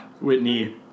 Whitney